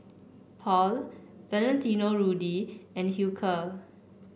Paul Valentino Rudy and Hilker